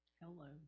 Hello